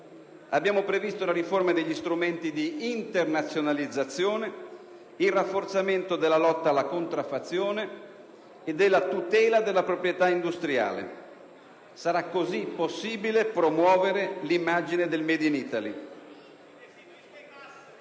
abbiamo previsto la riforma degli strumenti di internazionalizzazione, il rafforzamento della lotta alla contraffazione e della tutela della proprietà industriale: sarà così possibile promuovere l'immagine del *made in Italy*.